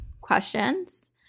questions